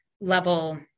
level